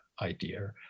idea